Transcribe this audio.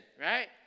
right